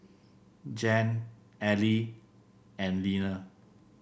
Jan Ally and Leaner